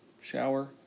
shower